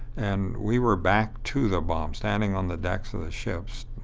and we were back to the bomb, standing on the decks of the ships,